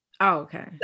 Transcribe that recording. Okay